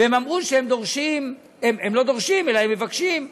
והם אמרו שהם דורשים, הם לא דורשים אלא הם מבקשים,